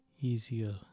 easier